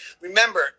Remember